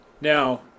Now